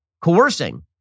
coercing